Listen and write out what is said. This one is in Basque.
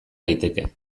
daiteke